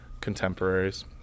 contemporaries